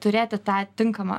turėti tą tinkamą